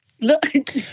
Look